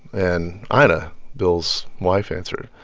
and ah ina, bill's wife, answered.